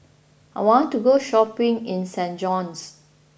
I want to go shopping in Saint John's